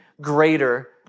greater